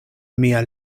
mia